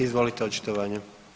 Izvolite očitovanje.